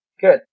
Good